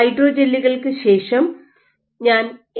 ഹൈഡ്രോജെല്ലുകൾക്ക് ശേഷം ഞാൻ എ